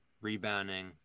rebounding